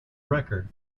record